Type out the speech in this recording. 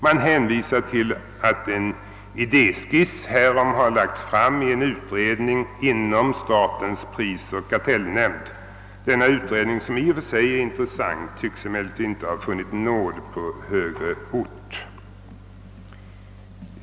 Man hänvisar till att en idé skiss härom har framlagts i en utredning inom statens prisoch kartellnämnd. Denna utredning, som i och för sig är intressant, tycks emellertid ej ha funnit nåd på högre ort.